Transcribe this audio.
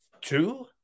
Two